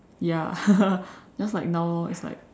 ya just like now lor it's like